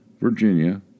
Virginia